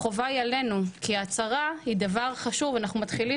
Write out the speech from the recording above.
החובה היא עלינו כי הצהרה היא דבר חשוב אנחנו מתחילים